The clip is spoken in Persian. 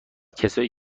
کسایی